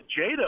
Jada